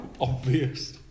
obvious